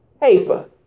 paper